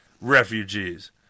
refugees